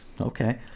Okay